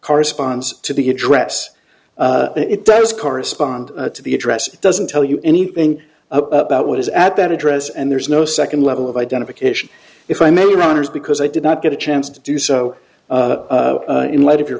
corresponds to the address and it does correspond to the address it doesn't tell you anything about what is at that address and there's no second level of identification if i may runners because i did not get a chance to do so in light of your